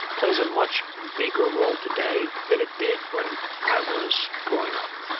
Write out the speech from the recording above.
plays a much bigger role today than it did when i was growing up.